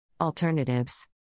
Alternatives